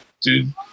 Dude